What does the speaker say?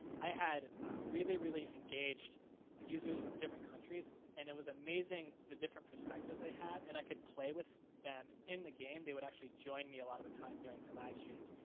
i had really really engaged users from different countries, and it was amazing, the different perspectives they had. and i could play with them. in the game, they would actually join me a lotta the time during my live streams,